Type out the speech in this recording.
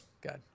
Good